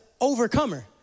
overcomer